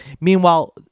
Meanwhile